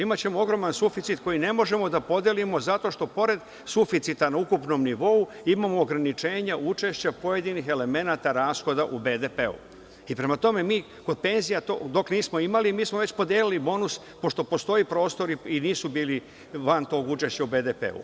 Imaćemo ogroman suficit koji ne možemo da podelimo zato što pored suficita na ukupnom nivou imamo ograničena učešća pojedinih elemenata rashoda u BDP i prema tome dok nismo imali mi smo već podelili bonus, pošto postoji prostor i nisu bili van tog učešća u BDP.